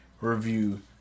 review